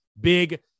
big